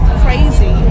crazy